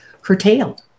curtailed